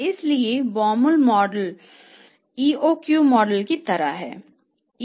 इसलिए Baumol का model EOQ model की तरह है